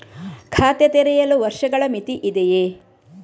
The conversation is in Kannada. ಖಾತೆ ತೆರೆಯಲು ವರ್ಷಗಳ ಮಿತಿ ಇದೆಯೇ?